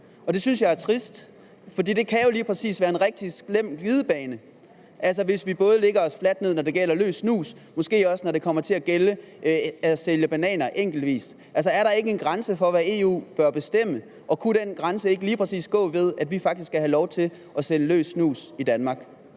og det synes jeg er trist. Det kan jo lige præcis udvikle sig til en rigtig slem glidebane, at vi lægger os fladt ned, når det gælder salg af løs snus, for det kunne måske også komme til at gælde salg af bananer enkeltvis. Altså, er der ikke en grænse for, hvad EU bør bestemme, og kunne den grænse ikke lige præcis gå ved, at vi faktisk skal have lov til at sælge løs snus i Danmark?